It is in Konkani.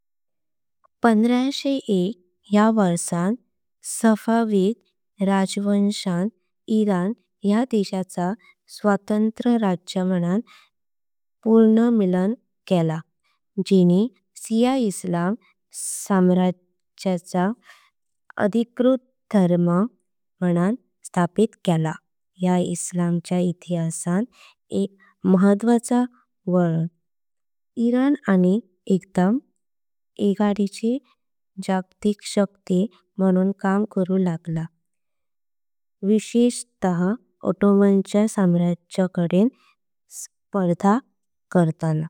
एक हजार पाचशे एक या वर्षान सफवद राजवंशान इरान। या देशाचा स्वतंत्र राज्य म्हणून पूणर्मिलन केला ज्येनि। शिया इस्लाम साम्राज्याचा। अधिकृत धर्म म्हणून स्थापित केला। या इस्लामच्या इतिहासान एक महत्त्वाचा। वळण इरान आनि एकदा आधीचि जागतिक शक्ती। म्हणून काम करू लागला विशेषत ऑट्टोमानच्या। साम्राज्याकडेन स्पर्धा करताना।